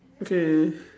okay